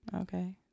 Okay